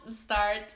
start